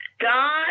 God